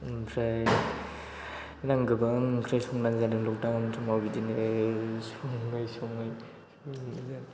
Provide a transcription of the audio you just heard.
ओमफ्राय बिदिनो आं गोबां ओंख्रि संनानै जादों लकदाउन समाव बिदिनो सङै सङै बिदिनो